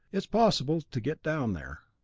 is possible to get down there.